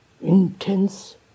intense